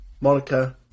Monica